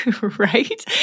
Right